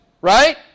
Right